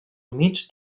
humits